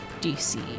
DC